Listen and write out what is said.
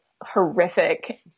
horrific